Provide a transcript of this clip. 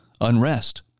unrest